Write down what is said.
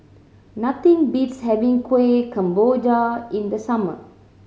nothing beats having Kueh Kemboja in the summer